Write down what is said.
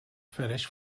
fetish